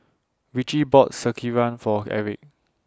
Ritchie bought Sekihan For Eric